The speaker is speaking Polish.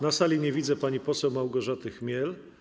Na sali nie widzę pani poseł Małgorzaty Chmiel.